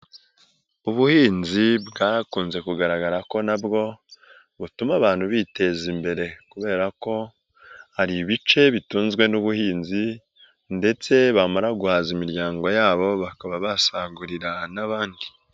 Ubuhinzi bwakunze kugaragara ko nabwo butuma abantu biteza imbere, kubera ko hari ibice bitunzwe n'ubuhinzi ndetse bamara guhaza imiryango yabo bakaba basagurira n'abandi.